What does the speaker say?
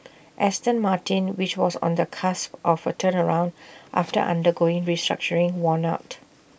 Aston Martin which was on the cusp of A turnaround after undergoing restructuring won out